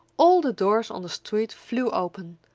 all the doors on the street flew open,